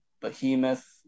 Behemoth